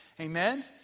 Amen